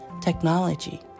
technology